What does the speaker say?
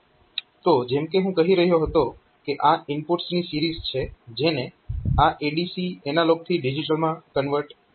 તો જેમ કે હું કહી રહ્યો હતો કે આ ઇનપુટ્સની સિરીઝ છે જેને આ ADC એનાલોગથી ડિજીટલમાં કન્વર્ટ કરી શકે છે